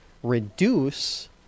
reduce